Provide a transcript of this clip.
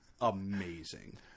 amazing